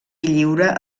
lliure